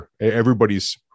everybody's